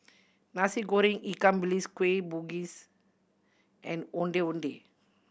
Nasi Goreng ikan bilis Kueh Bugis and Ondeh Ondeh